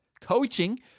Coaching